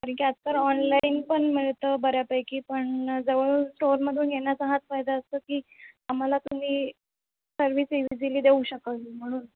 कारण की आजकाल ऑनलाईन पण मिळतं बऱ्यापैकी पण जवळून स्टोरमधून घेण्याचा हाच फायदा असतो की आम्हाला तुम्ही सर्विस इझिली देऊ शकाल म्हणून